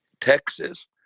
Texas